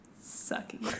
sucking